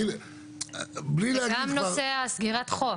גם נושא סגירת החוף.